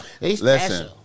listen